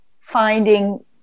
finding